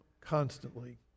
constantly